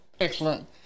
excellent